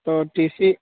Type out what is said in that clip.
तो टी सी